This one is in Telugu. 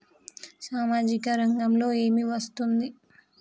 సామాజిక రంగంలో ఏమి వస్తుంది?